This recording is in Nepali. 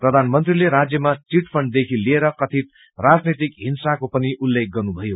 प्रधानमंत्रीले राज्यमा चिटफण्ड देखि लिएर कथित राजनीतिक हिंसाको पनि उल्लेख गर्नुभयो